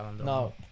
no